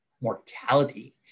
Mortality